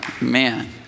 Man